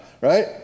right